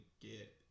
get